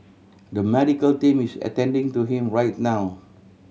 the medical team is attending to him right now